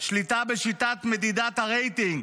שליטה בשיטת מדידת הרייטינג,